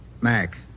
Mac